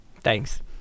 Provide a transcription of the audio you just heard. Thanks